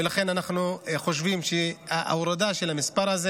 ואנחנו חושבים שההורדה של המספר הזה